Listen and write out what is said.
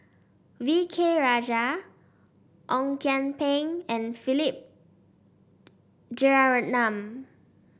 V K Rajah Ong Kian Peng and Philip Jeyaretnam